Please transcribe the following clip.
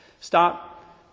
Stop